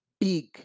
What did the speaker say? big